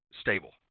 stable